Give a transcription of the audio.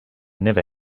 never